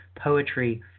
poetry